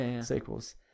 sequels